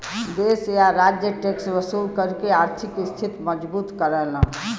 देश या राज्य टैक्स वसूल करके आर्थिक स्थिति मजबूत करलन